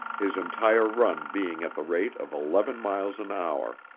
his entire run being at the rate of eleven miles an hour.